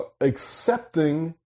accepting